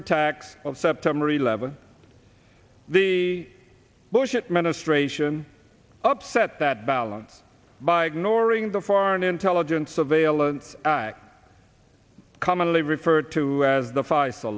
attacks of september eleventh the bush administration upset that balance by ignoring the foreign intelligence surveillance act commonly referred to as the